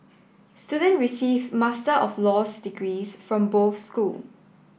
student receive Master of Laws degrees from both school